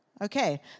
Okay